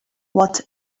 what